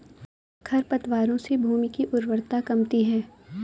खरपतवारों से भूमि की उर्वरता कमती है